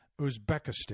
Uzbekistan